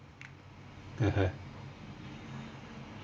(uh huh)